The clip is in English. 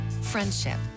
friendship